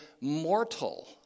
mortal